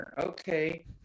okay